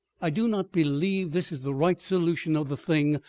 i do not believe this is the right solution of the thing,